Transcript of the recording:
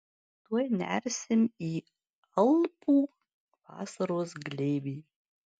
tuoj nersim į alpų vasaros glėbį